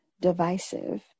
divisive